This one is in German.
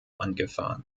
angefahren